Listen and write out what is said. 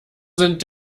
sind